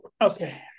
Okay